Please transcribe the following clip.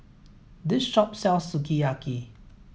this shop sells Sukiyaki